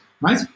right